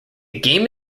game